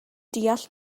deall